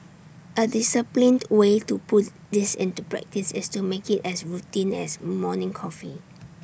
A disciplined way to put this into practice is to make IT as routine as morning coffee